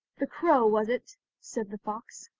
the crow was it said the fox,